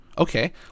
Okay